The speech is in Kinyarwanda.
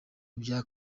bya